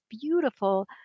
beautiful